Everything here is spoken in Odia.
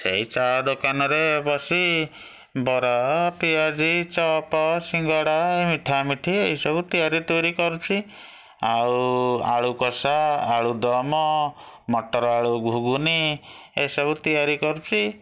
ସେଇ ଚା' ଦୋକାନରେ ବସି ବରା ପିଆଜି ଚପ ସିଙ୍ଗେଡ଼ା ମିଠା ମିଠି ଏଇସବୁ ତିଆରି ତୁଉରି କରୁଛି ଆଉ ଆଳୁକଷା ଆଳୁଦମ ମଟର ଆଳୁ ଘୁଗୁନି ଏସବୁ ତିଆରି କରୁଛି